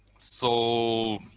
so